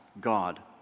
God